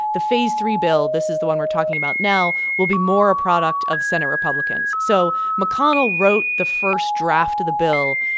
the phase three bill this is the one we're talking about now will be more a product of senate republicans so mcconnell wrote the first draft of the bill,